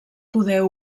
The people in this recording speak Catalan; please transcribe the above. poder